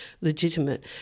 legitimate